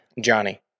Johnny